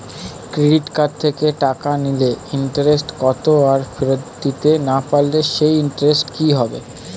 Credit card থেকে টাকা নিলে ইন্টারেস্ট কত আর ফেরত দিতে না পারলে সেই ইন্টারেস্ট কি হবে?